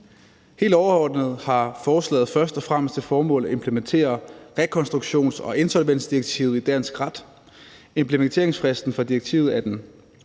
Helt overordnet har forslaget først og fremmest til formål at implementere rekonstruktions- og insolvensdirektivet i dansk ret. Implementeringsfristen for direktivet er den